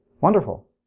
Wonderful